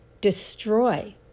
destroy